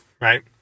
right